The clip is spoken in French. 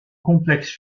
complexe